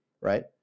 Right